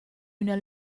üna